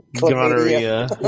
gonorrhea